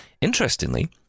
Interestingly